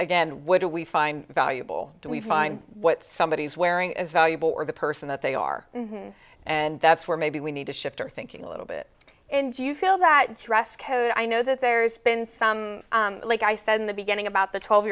again what do we find valuable do we find what somebody is wearing as valuable or the person that they are and that's where maybe we need to shift our thinking a little bit and you feel that dress code i know that there's been some like i said in the beginning about the twelve